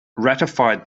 ratified